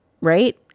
right